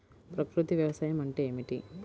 ప్రకృతి వ్యవసాయం అంటే ఏమిటి?